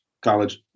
college